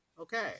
Okay